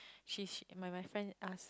she she my my friend ask